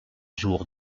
jours